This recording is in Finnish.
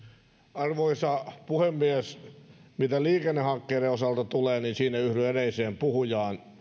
arvoisa puhemies mitä liikennehankkeisiin tulee niin siinä yhdyn edelliseen puhujaan